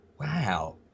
wow